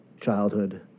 childhood